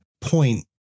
point